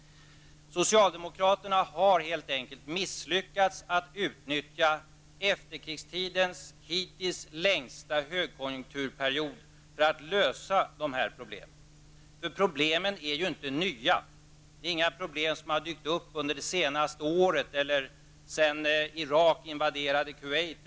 Socialdemokraterna har helt enkelt misslyckats att utnyttja efterkrigstidens hittills längsta högkonjunkturperiod för att lösa de här problemen. Problemen är ju inte nya -- det är inga problem som har dykt upp under det senaste året eller sedan Irak invaderade Kuwait.